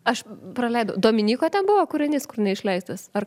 aš praleidau dominyko ten buvo kūrinys kur neišleistas ar